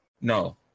No